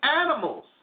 animals